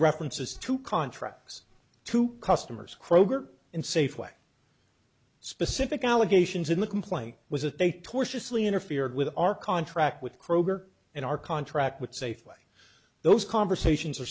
references to contracts to customers kroger and safeway specific allegations in the complaint was that they tortious lee interfered with our contract with kroger and our contract with safeway those conversations are